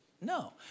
No